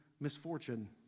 misfortune